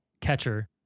catcher